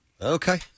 Okay